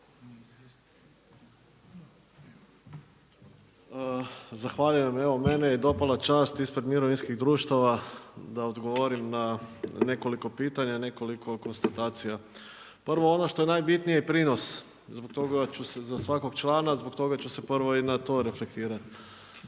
Zahvaljujem. Evo meni je dopala čast ispred mirovinskih društava da odgovorim na nekoliko pitanja, nekoliko konstatacija. Prvo, ono što je najbitnije prinos za svakog člana, zbog toga ću se prvo na to reflektirat.